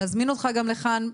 נזמין אותך גם לכאן,